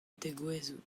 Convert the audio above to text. tegouezhout